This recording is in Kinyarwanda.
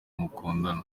mukundana